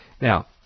Now